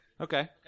Okay